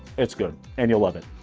it's good, and you'll love it.